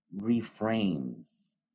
reframes